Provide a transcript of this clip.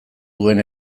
duen